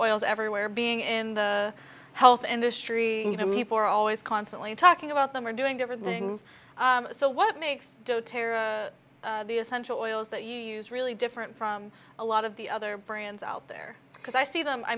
oils everywhere being in the health industry i mean people are always constantly talking about them or doing different things so what makes the essential oils that you use really different from a lot of the other brands out there because i see them i